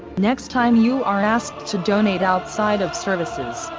next time you are asked to donate outside of services,